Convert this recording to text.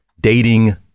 Dating